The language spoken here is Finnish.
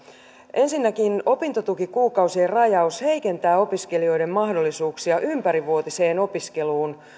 ensinnäkin opintotukikuukausien rajaus heikentää opiskelijoiden mahdollisuuksia ympärivuotiseen opiskeluun